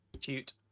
Cute